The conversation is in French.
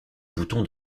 bouton